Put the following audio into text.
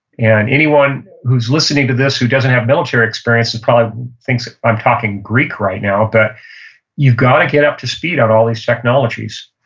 and anyone who's listening to this who doesn't have military experience and probably thinks i'm talking greek right now, but you've got to get up to speed on all these technologies.